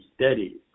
studies